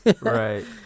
right